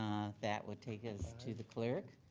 that would take us to the clerk.